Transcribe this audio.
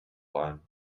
ein